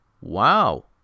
Wow